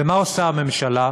ומה עושה הממשלה?